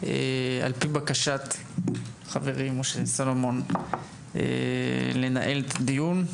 על פי בקשת חברי, משה סולומון, לנהל את הדיון,